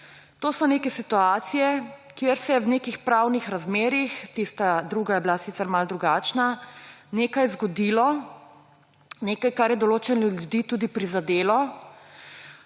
To so neke situacije, kjer se je v nekih pravnih razmerjih … Tista druga je bila sicer malo drugačna, nekaj zgodilo; nekaj, kar je določene ljudi tudi prizadelo.